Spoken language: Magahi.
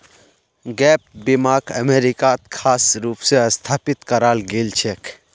गैप बीमाक अमरीकात खास रूप स स्थापित कराल गेल छेक